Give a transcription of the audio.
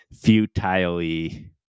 futilely